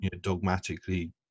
dogmatically